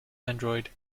android